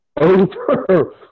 over